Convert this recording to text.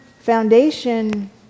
foundation